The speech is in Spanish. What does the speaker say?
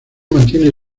mantiene